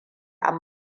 an